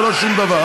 ולא שום דבר.